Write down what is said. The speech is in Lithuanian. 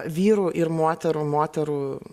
vyrų ir moterų moterų